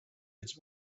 its